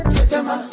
Tetema